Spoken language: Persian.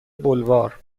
بلوار